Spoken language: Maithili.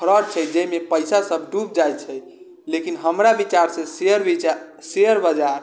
फ्रॉड छै जाहिमे पैसासब डुबि जाइ छै लेकिन हमरा विचारसँ शेयर विचार शेयर बाजार